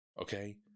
okay